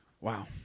Wow